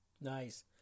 nice